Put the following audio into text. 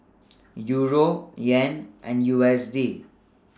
Euro Yen and U S D